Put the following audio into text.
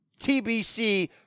TBC